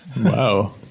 Wow